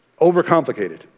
Overcomplicated